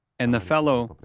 and the fellow,